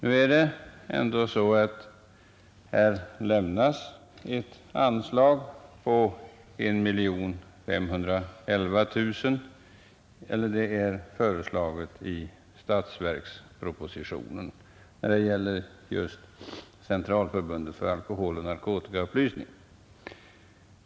I statsverkspropositionen har föreslagits ett anslag på 1 511 000 kronor till Centralförbundet för alkoholoch narkotikaupplysning.